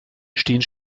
stehen